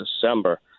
December